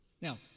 Now